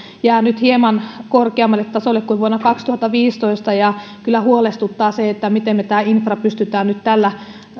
jää nyt hieman korkeammalle tasolle kuin vuonna kaksituhattaviisitoista kyllä huolestuttaa se miten tämä infra pystytään nyt tällä